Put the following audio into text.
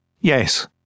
Yes